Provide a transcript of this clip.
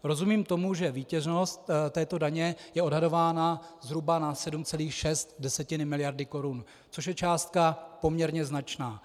Rozumím tomu, že výtěžnost této daně je odhadována zhruba na 7,6 miliardy korun, což je částka poměrně značná.